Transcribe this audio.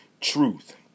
truth